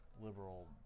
liberal